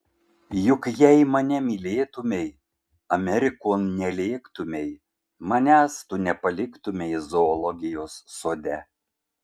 juk jei mane mylėtumei amerikon nelėktumei manęs tu nepaliktumei zoologijos sode